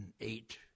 eight